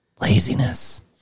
laziness